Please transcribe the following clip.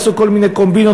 ועשו כל מיני קומבינות,